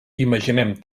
imaginem